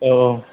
औ औ